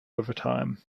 overtime